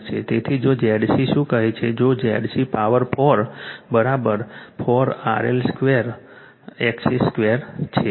તેથી જો ZC શું કહે છે જો ZC 4 4 RL2 XC2 છે